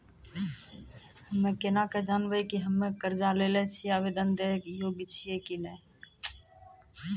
हम्मे केना के जानबै कि हम्मे कर्जा लै लेली आवेदन दै के योग्य छियै कि नै?